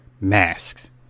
masks